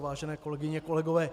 Vážené kolegyně, kolegové.